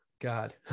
God